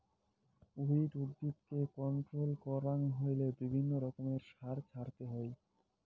weed উদ্ভিদকে control করাং হইলে বিভিন্ন রকমের সার ছড়াতে হই